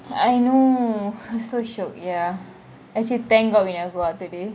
I know so shiok ya I say thank gof we ever go out today